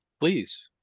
Please